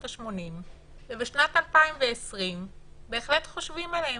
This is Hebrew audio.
ה-80 ובשנת 2020 בהחלט חושבים עליהם.